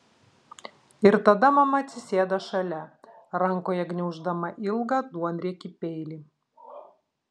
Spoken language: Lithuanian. ir tada mama atsisėda šalia rankoje gniauždama ilgą duonriekį peilį